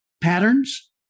patterns